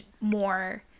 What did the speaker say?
more